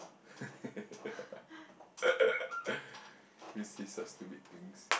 we say such stupid things